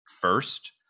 first